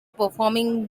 performing